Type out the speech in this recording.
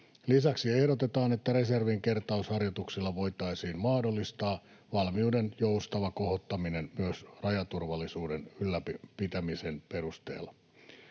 Lisäksi ehdotetaan, että reservin kertausharjoituksilla voitaisiin mahdollistaa valmiuden joustava kohottaminen myös rajaturvallisuuden ylläpitämisen perusteella.